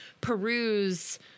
peruse